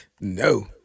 no